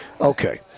Okay